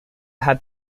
had